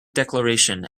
declaration